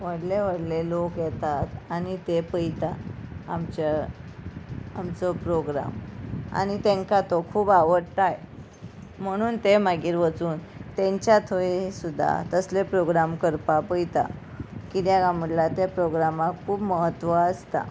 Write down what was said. व्हडलें व्हडलें लोक येतात आनी ते पयता आमच्या आमचो प्रोग्राम आनी तेंकां तो खूब आवडटाय म्हणून ते मागीर वचून तेंच्या थंय सुद्दां तसले प्रोग्राम करपा पयता किद्याक म्हटल्यार त्या प्रोग्रामाक खूब म्हत्व आसता